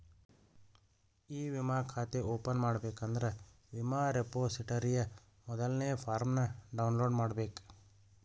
E ವಿಮಾ ಖಾತೆ open ಮಾಡಬೇಕಂದ್ರ ವಿಮಾ ರೆಪೊಸಿಟರಿಯ ಮೊದಲ್ನೇ ಫಾರ್ಮ್ನ ಡೌನ್ಲೋಡ್ ಮಾಡ್ಬೇಕ